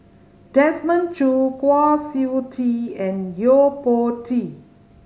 Desmond Choo Kwa Siew Tee and Yo Po Tee